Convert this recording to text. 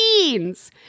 jeans